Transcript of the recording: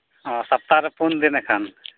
ᱚ ᱥᱚᱯᱛᱟᱨᱮ ᱯᱩᱱᱫᱤᱱ ᱮᱱᱠᱷᱟᱱ